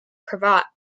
cravat